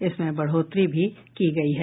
इसमें बढ़ोतरी भी की गयी है